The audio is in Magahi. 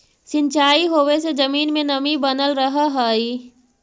सिंचाई होवे से जमीन में नमी बनल रहऽ हइ